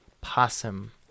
possum